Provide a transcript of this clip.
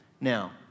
Now